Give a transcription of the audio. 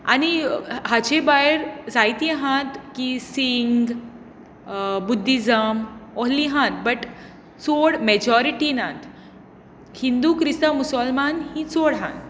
आनी हाचे भायर जायतीं आहात की सिंग बुद्दीसम ओहलीं आहात बट चड मॅजोरिटी नात हिंदू क्रिस्तांव मुसोलमान हीं चोड हांत